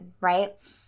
right